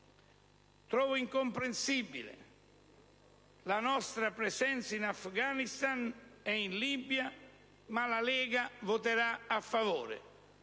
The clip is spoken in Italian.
«Trovo incomprensibile la nostra presenza in Afghanistan e in Libia ma la Lega voterà a favore»: